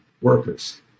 workers